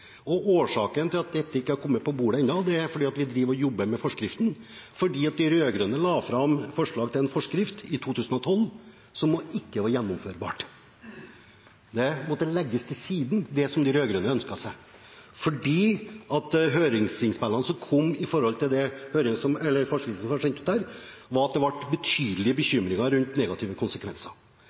Årsaken til at dette ikke har kommet på bordet ennå, er at vi jobber med forskriften, fordi de rød-grønne la fram et forslag til en forskrift i 2012 som ikke var gjennomførbar. Det som de rød-grønne ønsket seg, måtte legges til side fordi høringsinnspillene som kom inn om forslaget til forskrift, ga uttrykk for betydelige bekymringer rundt negative konsekvenser. Så har vi startet på nytt, og det